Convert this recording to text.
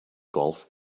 golf